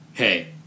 Hey